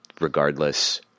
regardless